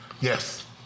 Yes